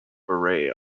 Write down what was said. beret